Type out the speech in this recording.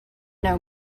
know